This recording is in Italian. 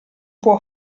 può